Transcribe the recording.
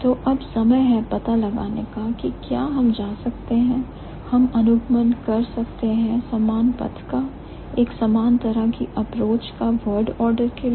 तो अब समय है पता लगाने का कि क्या हम जा सकते हैं हम अनुगमन कर सकते हैं सामान्य पथ का एक समान तरह की अप्रोच का word order के लिए